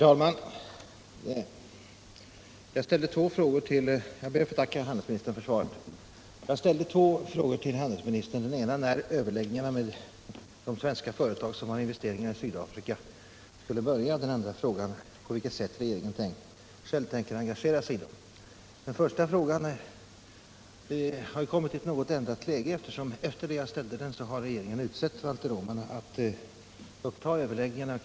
Herr talman! Jag ber att få tacka handelsministern för svaret. Jag ställde två frågor till handelsministern. Den ena löd: När skall överläggningarna med de svenska företag som har investeringar i Sydafrika börja, och den andra: På vilket sätt tänker regeringen själv engagera sig i dem? Den första frågan har kommit i ett något annat läge, eftersom regeringen sedan jag ställde den uppdragit åt Valter Åman att uppta överläggningar.